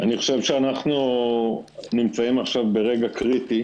אני חושב שאנחנו נמצאים עכשיו ברגע קריטי,